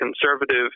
conservative